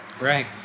Right